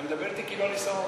אתה מדבר אתי כאילו אני שר האוצר,